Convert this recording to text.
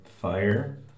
fire